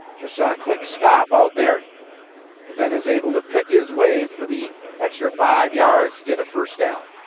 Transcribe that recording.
just so a quick stop out there and then he is able to pick his way for the extra five yards to get a first down.